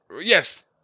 yes